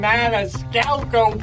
Maniscalco